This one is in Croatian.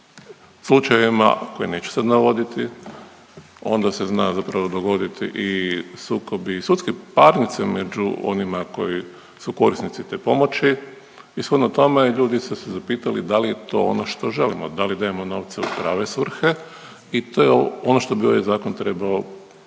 slučajevima, a koje neću sad navoditi, onda se zna zapravo dogoditi i sukobi i sudske parnice među onima koji su korisnici te pomoći i shodno tome, ljudi su se zapitali da li je to ono što želimo. Da li da imamo novce u prave svrhe i to je ono što bi ovaj Zakon trebao